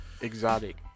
exotic